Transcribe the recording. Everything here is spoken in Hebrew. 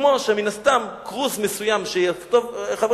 כמו שמן הסתם כרוז מסוים שיכתוב חבר